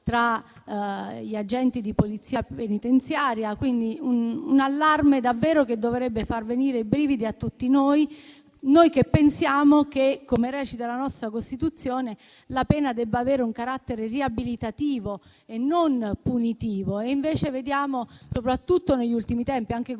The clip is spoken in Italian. tra gli agenti di Polizia penitenziaria. È, quindi, un allarme che dovrebbe davvero far venire i brividi a tutti noi; a noi che pensiamo che - come recita la nostra Costituzione - la pena debba avere un carattere riabilitativo e non punitivo. Invece, soprattutto negli ultimi tempi, anche